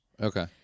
Okay